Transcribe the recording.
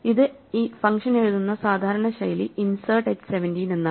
ഇത് ഫങ്ഷൻ എഴുതുന്ന സാധാരണ ശൈലി ഇൻസേർട്ട് h 17എന്നാണ്